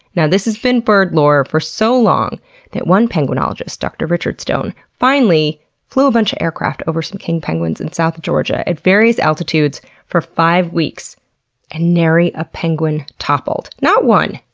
now, this has been bird lore for so long that one penguinologist, dr. richard stone, finally flew a bunch of aircraft over some king penguins in south georgia at various altitudes for five weeks and nary a penguin toppled. not one!